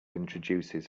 introduces